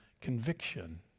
conviction